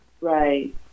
Right